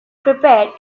prepared